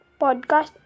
podcast